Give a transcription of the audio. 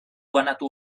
banatu